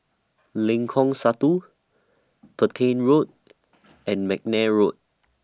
Lengkong Satu Petain Road and Mcnair Road